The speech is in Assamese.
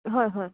হয় হয়